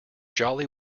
jolly